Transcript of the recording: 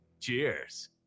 Cheers